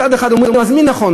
מצד אחד אומרים: אז מי הנכון,